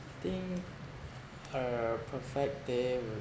I think a perfect day would